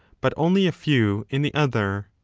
but only a few in the other.